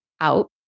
out